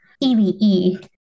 EVE